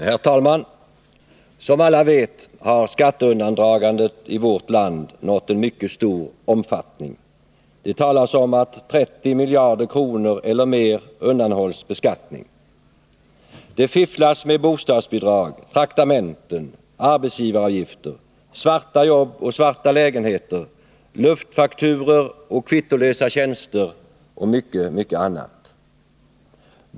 Herr talman! Som alla vet har skatteundandragandet i vårt land nått en mycket stor omfattning. Det talas om att 30 miljarder kronor per år eller mer undanhålls beskattning. Det fifflas med bostadsbidrag, traktamenten, arbetsgivaravgifter, svarta jobb och svarta lägenheter, luftfakturor, kvittolösa tjänster och mycket, mycket annat.